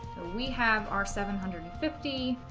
we have our seven hundred and fifty